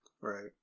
Right